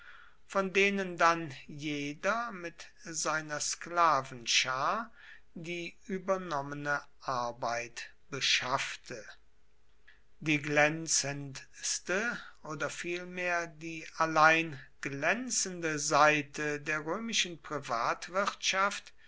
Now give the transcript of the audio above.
von denen dann jeder mit seiner sklavenschar die übernommene arbeit beschaffte die glänzendste oder vielmehr die allein glänzende seite der römischen